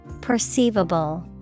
Perceivable